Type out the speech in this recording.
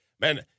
Man